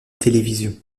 télévision